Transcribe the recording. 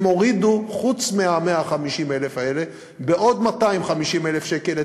הם הורידו את המחיר חוץ מה-150,000 האלה בעוד 250,000 שקל,